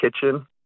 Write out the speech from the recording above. kitchen